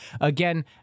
Again